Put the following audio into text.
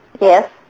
Yes